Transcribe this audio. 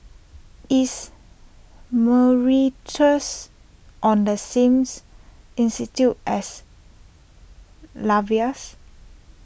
is Mauritius on the sames institude as Latvias